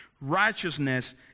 righteousness